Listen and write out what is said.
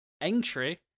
entry